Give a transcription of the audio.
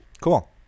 cool